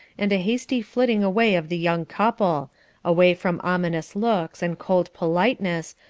and a hasty flitting away of the young couple away from ominous looks and cold politeness,